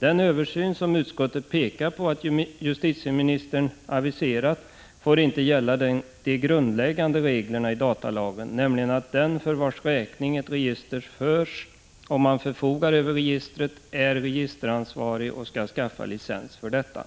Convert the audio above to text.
Den översyn som utskottet pekar på att justitieministern aviserat får inte gälla de grundläggande reglerna i datalagen, nämligen att den för vars räkning ett register förs, om han förfogar över registret, är registeransvarig och skall skaffa licens för registret.